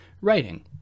writing